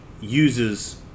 uses